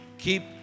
Keep